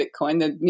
Bitcoin